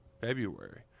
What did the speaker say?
February